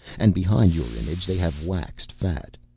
and behind your image they have waxed fat.